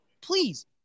please